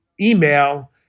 email